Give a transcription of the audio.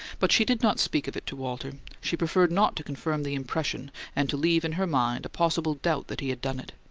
but she did not speak of it to walter she preferred not to confirm the impression and to leave in her mind a possible doubt that he had done it.